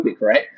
right